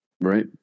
Right